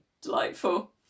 delightful